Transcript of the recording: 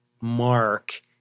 mark